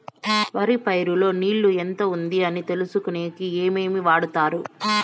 వరి పైరు లో నీళ్లు ఎంత ఉంది అని తెలుసుకునేకి ఏమేమి వాడతారు?